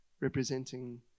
representing